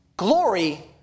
Glory